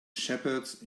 shepherds